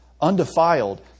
undefiled